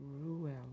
Ruel